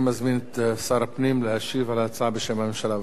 אני מזמין את שר הפנים להשיב על ההצעה בשם הממשלה.